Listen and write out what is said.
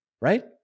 right